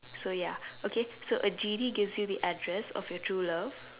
so ya okay so a genie gives you the address of your true love